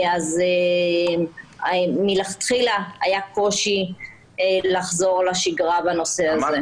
אז מלכתחילה היה קושי לחזור לשגרה בנושא הזה.